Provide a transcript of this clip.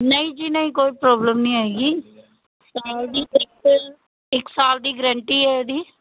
ਨਹੀਂ ਜੀ ਨਹੀਂ ਕੋਈ ਪ੍ਰੋਬਲਮ ਨਹੀਂ ਹੈਗੀ ਸਾਲ ਦੀ ਗਰੰਟੀ ਇੱਕ ਸਾਲ ਦੀ ਗਰੰਟੀ ਹੈ ਇਹਦੀ